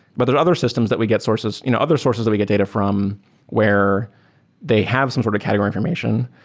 but there are other systems that we get sources you know other sources that we get data from where they have some sort of category information,